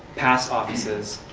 pass offices,